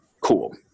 cool